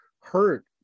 hurt